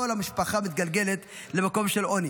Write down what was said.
כל המשפחה מתגלגלת למקום של עוני.